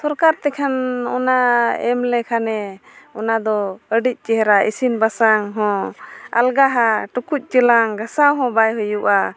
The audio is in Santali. ᱥᱚᱨᱠᱟᱨ ᱛᱮᱠᱷᱟᱱ ᱚᱱᱟ ᱮᱢ ᱞᱮᱱᱠᱷᱟᱱᱮ ᱚᱱᱟᱫᱚ ᱟᱹᱰᱤ ᱪᱮᱦᱨᱟ ᱤᱥᱤᱱ ᱵᱟᱥᱟᱝᱼᱦᱚᱸ ᱟᱞᱜᱟᱣᱟ ᱴᱩᱠᱩᱪ ᱪᱮᱞᱟᱝ ᱜᱷᱟᱥᱟᱣ ᱦᱚᱸ ᱵᱟᱭ ᱦᱩᱭᱩᱜᱼᱟ